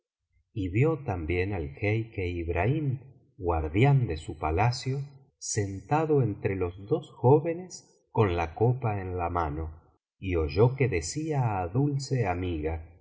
y vio también al jeique ibraliim guardián ele su palacio sentado entre los dos jóvenes con la copa en la mano y oyó que decía á dulce